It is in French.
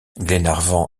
glenarvan